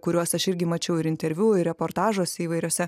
kuriuos aš irgi mačiau ir interviu ir reportažuose įvairiuose